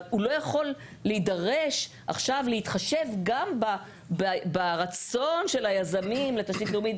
אבל הוא לא יכול להידרש עכשיו גם להתחשב ברצון של היזמים הלאומיים,